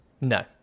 No